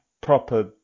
proper